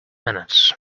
minutes